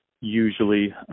Usually